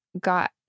got